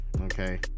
okay